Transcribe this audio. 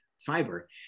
fiber